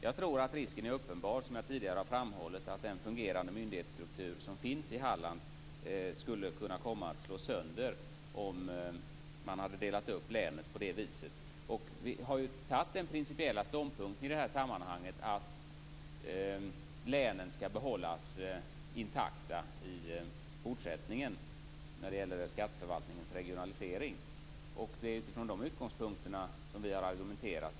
Jag tror att risken är uppenbar, som jag tidigare har framhållit, att den fungerande myndighetsstruktur som finns i Halland skulle kunna komma att slås sönder om man hade delat upp länet på det viset. Vi har tagit den principiella ståndpunkten i det här sammanhanget, att länen skall behållas intakta i fortsättningen när det gäller skatteförvaltningens regionalisering. Det är utifrån de utgångspunkterna som vi har argumenterat.